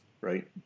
right